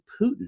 Putin